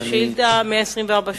שאילתא מס' 124,